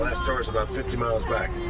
last store was about fifty miles back.